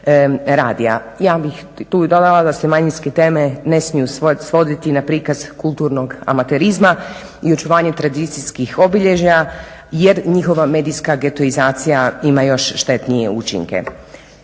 Ja bih tu dodala da se manjinske teme ne smiju svoditi na prikaz kulturnog amaterizma i očuvanje tradicijskih obilježja jer njihova medijska getoizacija ima još štetnije učinke.